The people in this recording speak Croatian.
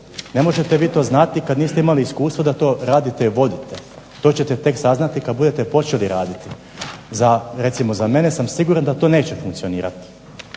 Ne možete vi to znati kad niste imali iskustva da to radite i vodite, to ćete tek saznati kad budete počeli raditi. Za, recimo za mene sam siguran da to neće funkcionirati,